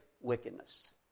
wickedness